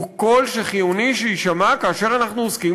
הוא קול שחיוני שיישמע כאשר אנחנו עוסקים